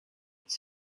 het